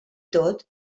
tot